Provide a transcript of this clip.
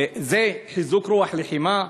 זה חיזוק רוח הלחימה?